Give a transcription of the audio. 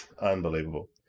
Unbelievable